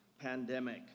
pandemic